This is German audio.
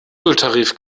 nulltarif